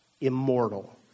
immortal